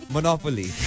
Monopoly